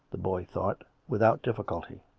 the boy thought, without difficulty.